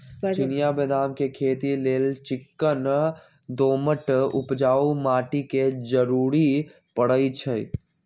चिनियाँ बेदाम के खेती लेल चिक्कन दोमट उपजाऊ माटी के जरूरी पड़इ छइ